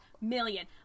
million